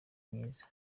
myiza